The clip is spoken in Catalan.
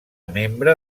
membre